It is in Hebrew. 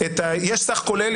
יש סך כולל,